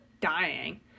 dying